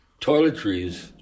toiletries